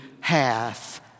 hath